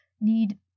need